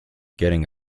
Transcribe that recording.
getting